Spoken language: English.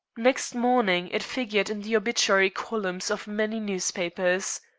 next morning it figured in the obituary columns of many newspapers.